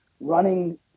running